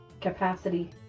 capacity